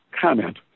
comment